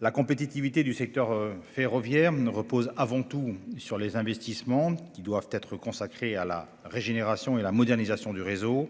La compétitivité du secteur ferroviaire repose avant tout sur les investissements qui doivent être consacrés à la régénération et à la modernisation du réseau.